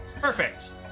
Perfect